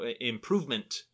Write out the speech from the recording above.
improvement